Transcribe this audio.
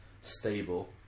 stable